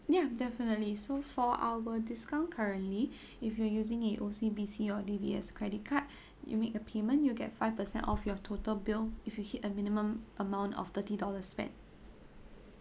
ya definitely so for our discount currently if you're using a O_C_B_C or D_B_S credit card you make a payment you get five percent off your total bill if you hit a minimum amount of thirty dollars spent